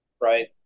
right